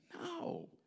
No